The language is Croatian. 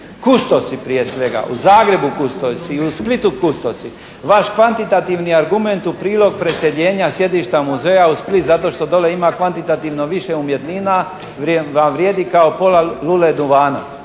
kustosi prije svega, u Zagrebu kustosi i u Splitu kustosi. Vaš kvantitativni argument u prilog preseljenja sjedišta muzeja u Split zato što dolje ima kvantitativno više umjetnina vam vrijedi kao pola lule duvana.